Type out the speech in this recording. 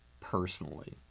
personally